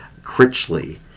Critchley